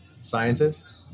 scientists